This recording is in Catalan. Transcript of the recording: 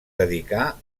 dedicà